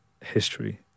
history